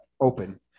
Open